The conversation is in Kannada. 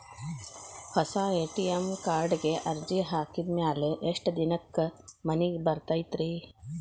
ಹೊಸಾ ಎ.ಟಿ.ಎಂ ಕಾರ್ಡಿಗೆ ಅರ್ಜಿ ಹಾಕಿದ್ ಮ್ಯಾಲೆ ಎಷ್ಟ ದಿನಕ್ಕ್ ಮನಿಗೆ ಬರತೈತ್ರಿ?